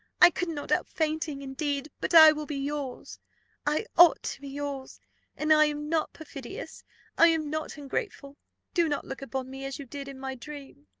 i could not help fainting, indeed! but i will be yours i ought to be yours and i am not perfidious i am not ungrateful do not look upon me as you did in my dream!